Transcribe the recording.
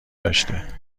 داشته